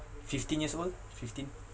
fifteen years old fifteen